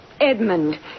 Edmund